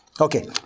Okay